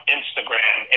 Instagram